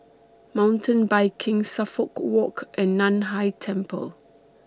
Mountain Biking Suffolk Walk and NAN Hai Temple